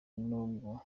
nubwo